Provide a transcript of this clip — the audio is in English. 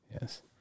yes